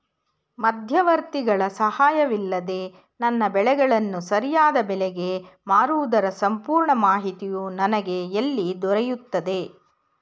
ಮಧ್ಯವರ್ತಿಗಳ ಸಹಾಯವಿಲ್ಲದೆ ನನ್ನ ಬೆಳೆಗಳನ್ನು ಸರಿಯಾದ ಬೆಲೆಗೆ ಮಾರುವುದರ ಸಂಪೂರ್ಣ ಮಾಹಿತಿಯು ನನಗೆ ಎಲ್ಲಿ ದೊರೆಯುತ್ತದೆ?